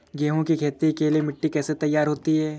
गेहूँ की खेती के लिए मिट्टी कैसे तैयार होती है?